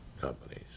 companies